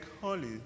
holy